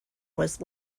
was